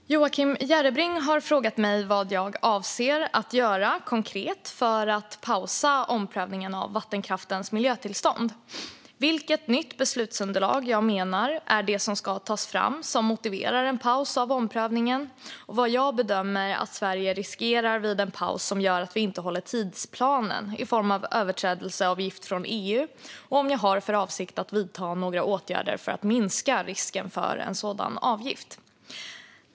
Fru talman! Joakim Järrebring har frågat mig vad jag avser att göra konkret för att pausa omprövningen av vattenkraftens miljötillstånd, vilket nytt beslutsunderlag jag menar ska tas fram som motiverar en paus av omprövningen samt vad jag bedömer att Sverige vid en paus som gör att vi inte håller tidsplanen riskerar i form av överträdelseavgift från EU och om jag har för avsikt att vidta några åtgärder för att minska risken för en sådan avgift.